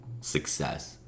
success